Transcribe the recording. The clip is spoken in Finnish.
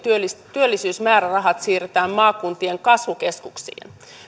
työllisyysmäärärahat siirretään maakuntien kasvukeskuksiin